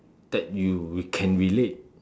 that you you can relate